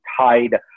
tied